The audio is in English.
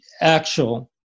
actual